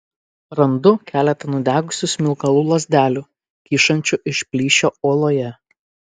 randu keletą nudegusių smilkalų lazdelių kyšančių iš plyšio uoloje